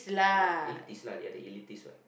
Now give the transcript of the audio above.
ya elite dislike the other elites what